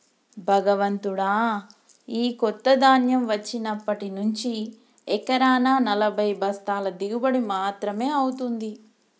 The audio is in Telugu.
భగవంతుడా, ఈ కొత్త ధాన్యం వచ్చినప్పటి నుంచి ఎకరానా నలభై బస్తాల దిగుబడి మాత్రమే అవుతుంది